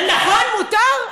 נכון, מותר.